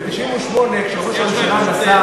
ב-1998, כשראש הממשלה נסע